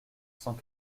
cent